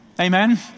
Amen